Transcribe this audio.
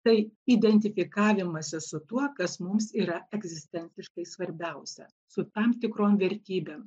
tai identifikavimasis su tuo kas mums yra egzistenciškai svarbiausia su tam tikrom vertybėm